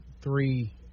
three